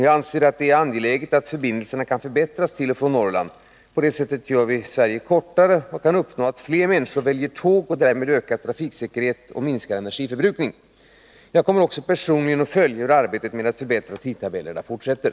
Jag anser att det är angeläget att förbindelserna kan förbättras till och från Norrland. På det sättet gör vi Sverige ”kortare” och kan uppnå att fler människor väljer tåget, vilket innebär en ökad trafiksäkerhet och en minskad energiförbrukning. Jag kommer också personligen att följa hur arbetet med att förbättra tidtabellerna fortsätter.